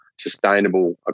sustainable